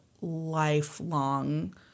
lifelong